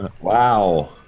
Wow